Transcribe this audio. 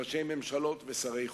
ראשי ממשלות ושרי חוץ.